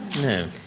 no